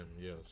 yes